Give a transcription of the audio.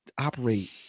operate